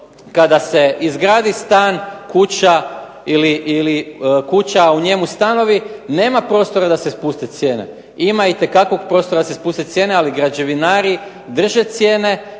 kada se izgradi stan, kuća ili kuća a u njemu stanovi nema prostora da se spusti cijena. Ima i te kakvog prostora da se spuste cijene, ali građevinari drže cijene.